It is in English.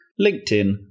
LinkedIn